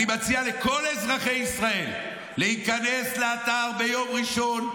אני מציע לכל אזרחי ישראל להיכנס לאתר ביום ראשון,